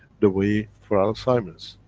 the way for alzheimer's.